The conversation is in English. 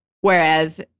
Whereas